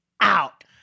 out